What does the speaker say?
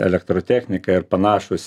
elektrotechnika ir panašūs